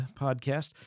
podcast